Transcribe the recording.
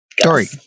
Sorry